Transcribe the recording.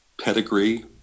pedigree